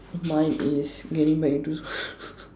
mine is getting back into